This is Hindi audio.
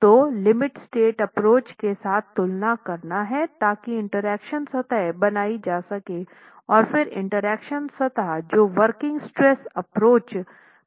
तो लिमिट स्टेट एप्रोच के साथ तुलना करना हैं ताकि इंटरेक्शन सतह बनाई जा सके और फिर इंटरेक्शन सतह जो वर्किंग स्ट्रेस एप्रोच